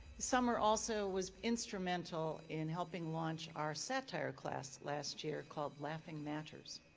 summer also was instrumental in helping launch our satire class last year called laughing matters.